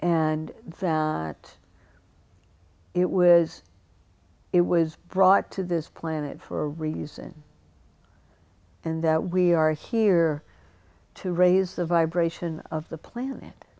and that it was it was brought to this planet for a reason and that we are here to raise the vibration of the planet